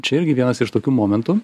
čia irgi vienas iš tokių momentų